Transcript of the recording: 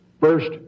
First